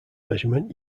measurement